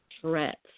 threats